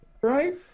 right